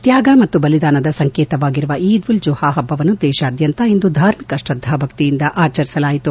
ತ್ಯಾಗ ಮತ್ತು ಬಲಿದಾನದ ಸಂಕೇತವಾಗಿರುವ ಈದ್ ಉಲ್ ಜುಹಾ ಪಬ್ಬವನ್ನು ದೇಶಾದ್ಯಂತ ಇಂದು ಧಾರ್ಮಿಕ ಶ್ರದ್ದಾಭಕ್ತಿಯಿಂದ ಆಚರಿಸಲಾಯಿತು